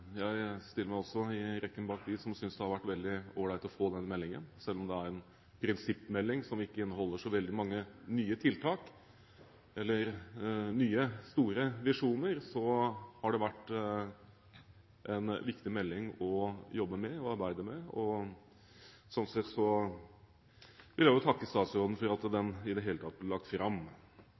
Jeg stiller meg også i rekken bak dem som synes det har vært veldig all right å få den meldingen. Selv om det er en prinsippmelding som ikke inneholder så veldig mange nye tiltak eller nye, store visjoner, har det vært en viktig melding å jobbe med. Sånn sett vil jeg takke statsråden for at den i det hele tatt ble lagt fram.